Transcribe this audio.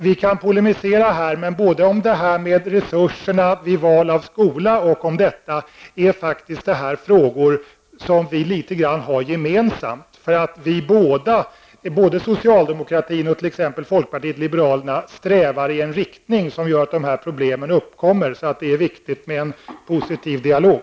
Vi kan polemisera om detta. Både socialdemokraterna och t.ex. folkpartiet liberalerna strävar både i fråga om resurser och val av skola i en riktning som gör att dessa problem uppkommer. Det är därför riktigt med en positiv dialog.